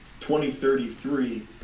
2033